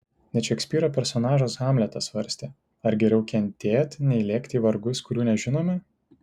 net šekspyro personažas hamletas svarstė ar geriau kentėt nei lėkti į vargus kurių nežinome